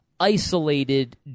isolated